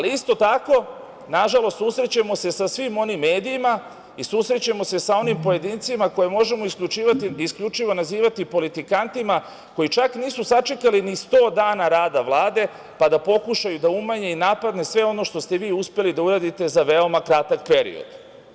Isto tako, nažalost susrećemo se sa svim onim medijima i susrećemo se sa onim pojedincima koje možemo isključivo nazivati politikantima koji čak nisu sačekali ni 100 dana rada Vlade, pa da pokušaju da umanje napade na sve ono što ste vi uspeli da uradite za veoma kratak period.